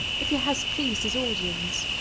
if he has pleased his audience.